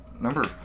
number